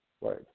Right